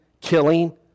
killing